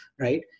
right